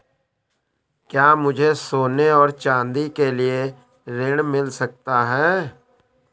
क्या मुझे सोने और चाँदी के लिए ऋण मिल सकता है?